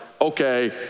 okay